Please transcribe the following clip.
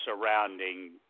surrounding